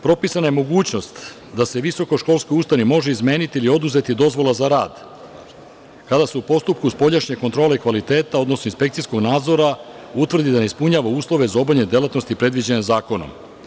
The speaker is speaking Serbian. Propisana je mogućnost da se visokoškolskoj ustanovi može izmeniti ili oduzeti dozvola za rad kada se u postupku spoljašnje kontrole i kvaliteta, odnosno inspekcijskog nadzora utvrdi da ne ispunjava uslove za obavljanje delatnosti predviđene zakonom.